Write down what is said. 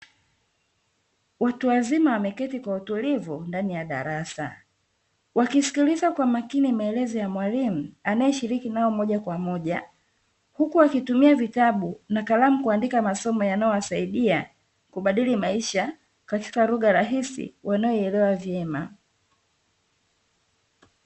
Watu wazima wameketi kwa utulivu ndani ya darasa, wakisikiliza kwa makini maelezo ya mwalimu anayeshiriki nao moja kwa moja, huku akitumia vitabu na kalamu kuandika masomo yanayowasaidia kubadili maisha katika lugha rahisi wanayoielewa vyema.